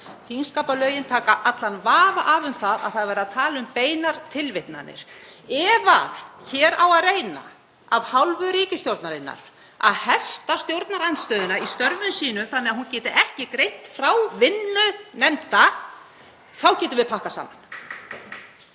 Þingskapalögin taka allan vafa af um að verið er að tala um beinar tilvitnanir. Ef hér á að reyna af hálfu ríkisstjórnarinnar að hefta stjórnarandstöðuna í störfum sínum þannig að hún geti ekki greint frá vinnu nefnda þá getum við pakkað saman.